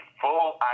full